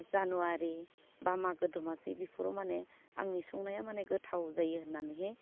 जानुवारि बा मागो दमासि बिफोराव माने आंनि संनाया माने गोथाव जायो होन्नानैहे